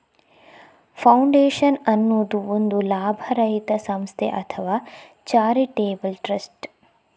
foundation ಅನ್ನುದು ಒಂದು ಲಾಭರಹಿತ ಸಂಸ್ಥೆ ಅಥವಾ ಚಾರಿಟೇಬಲ್ ಟ್ರಸ್ಟ್